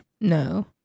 No